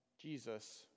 Jesus